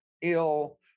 ill